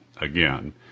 again